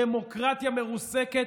דמוקרטיה מרוסקת.